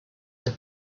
had